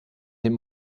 dem